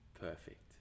perfect